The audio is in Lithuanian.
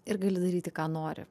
ir gali daryti ką nori